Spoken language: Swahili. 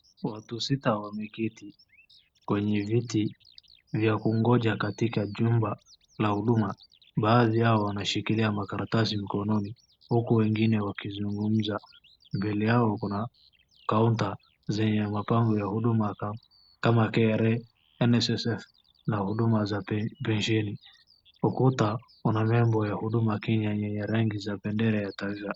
Watu sita wameketi kwenye viti vya kungoja katika jumba la huduma. Baadhi yao wameshikilia makaratasi mkononi huku wengine wakizugumza. Mbele yao kuna counter zenye mabango ya huduma kama KRA, NSSF na huduma za pensheni. Ukuta una nembo ya huduma Kenya yenye rangi za bendera ya taifa.